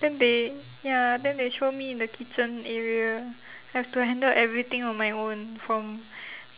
then they ya then they throw me in the kitchen area have to handle everything on my own from